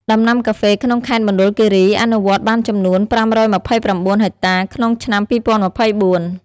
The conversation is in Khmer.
ដំណាំកាហ្វេក្នុងខេត្តមណ្ឌលគិរី អនុវត្តបានចំនួន ៥២៩ ហិកតាក្នុងឆ្នាំ២០២៤។